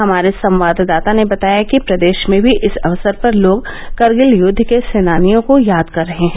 हमार्रे संवाददाता ने बताया कि प्रदेश में भी इस अवसर पर लोग करगिल यद्ध के सेनानियों को याद कर रहे हैं